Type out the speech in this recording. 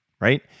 right